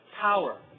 power